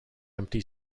empty